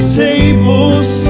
tables